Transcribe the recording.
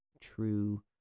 true